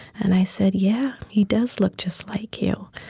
and i said, yeah, he does look just like you.